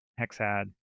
Hexad